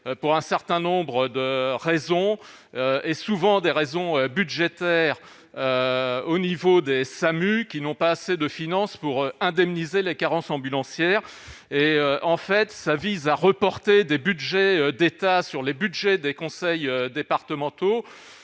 pour un certain nombre de raisons, et souvent des raisons budgétaires au niveau des SAMU qui n'ont pas assez de finances pour indemniser les carences ambulancière et en fait ça vise à reporter des Budgets d'État sur les Budgets des conseils départementaux